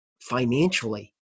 financially